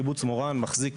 קיבוץ מורן מחזיק,